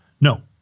No